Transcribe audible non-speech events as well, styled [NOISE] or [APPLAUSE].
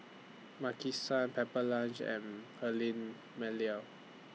Maki San Pepper Lunch and Perllini Mel [UNINTELLIGIBLE]